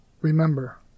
Remember